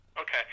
Okay